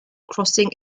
crossing